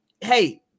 hey